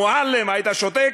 מועלם, היית שותק?